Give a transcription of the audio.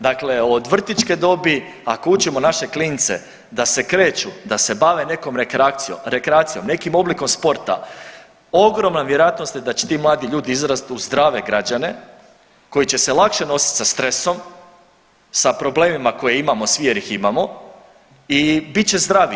Dakle, od vrtićke dobi, ako učimo naše klince da se kreću da se bave nekom rekreacijom nekim oblikom sporta ogromna je vjerojatnost da će ti mladi ljudi izrasti u zdrave građane koji će se lakše nositi sa stresom, sa problemima koje imamo svi jer ih imamo i bit će zdraviji.